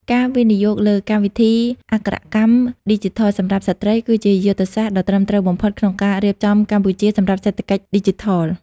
ការវិនិយោគលើកម្មវិធីអក្ខរកម្មឌីជីថលសម្រាប់ស្ត្រី គឺជាយុទ្ធសាស្ត្រដ៏ត្រឹមត្រូវបំផុតក្នុងការរៀបចំកម្ពុជាសម្រាប់សេដ្ឋកិច្ចឌីជីថល។